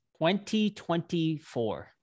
2024